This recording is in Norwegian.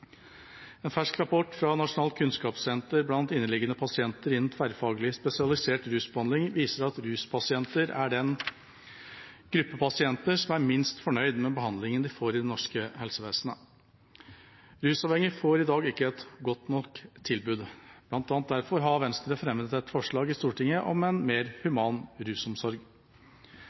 En fersk rapport fra Nasjonalt kunnskapssenter om inneliggende pasienter innen tverrfaglig, spesialisert rusbehandling viser at ruspasienter er den gruppen pasienter som er minst fornøyd med behandlingen de får i det norske helsevesenet. Rusavhengige får i dag ikke et godt nok tilbud. Blant annet derfor har Venstre fremmet et forslag i Stortinget om en mer